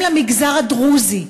גם למגזר הדרוזי.